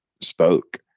spoke